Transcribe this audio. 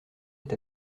est